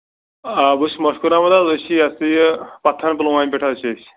آ بہٕ چھُس مٔشکروٗر احمد حظ أسۍ چھِ یا سا یہِ پَتھن پُلوامہِ پٮ۪ٹھ حظ چھِ أسۍ